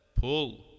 pull